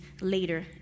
later